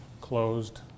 closed